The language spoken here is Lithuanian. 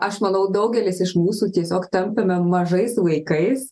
aš manau daugelis iš mūsų tiesiog tampame mažais vaikais